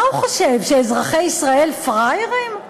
מה הוא חושב, שאזרחי ישראל פראיירים?